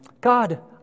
God